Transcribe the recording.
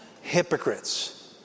hypocrites